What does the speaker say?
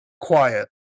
quiet